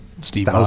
Steve